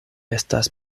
estas